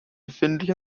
befindliche